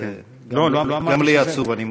גם לי עצוב.